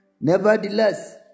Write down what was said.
Nevertheless